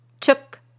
took